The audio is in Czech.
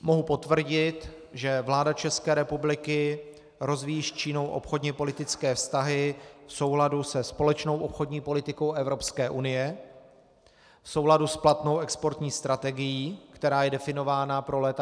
Mohu potvrdit, že vláda České republiky rozvíjí s Čínou obchodněpolitické vztahy v souladu se společnou obchodní politikou Evropské unie, v souladu s platnou exportní strategií, která je definována pro léta 2012 až 2020.